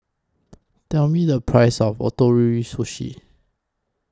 Tell Me The Price of Ootoro Sushi